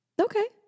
Okay